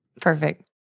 Perfect